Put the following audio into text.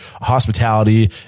hospitality